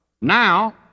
Now